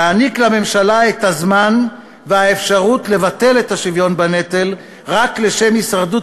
להעניק לממשלה את הזמן והאפשרות לבטל את השוויון בנטל רק לשם הישרדות